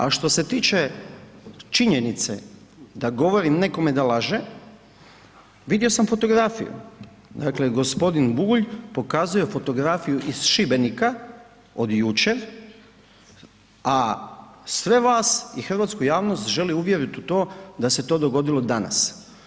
A što se tiče činjenice da govorim nekome da laže, vidio sam fotografiju, dakle g. Bulj pokazuje fotografiju iz Šibenika od jučer, a sve vas i hrvatsku javnost želi uvjeriti u to da se to dogodilo danas.